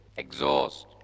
exhaust